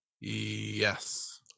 Yes